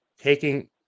taking